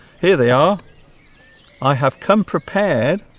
here they are i have come prepared